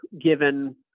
given